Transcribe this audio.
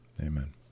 amen